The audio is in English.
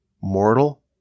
mortal